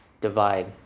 divide